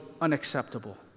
unacceptable